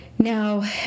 Now